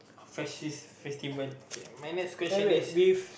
festi~ festival okay my next question is